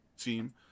team